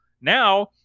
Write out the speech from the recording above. now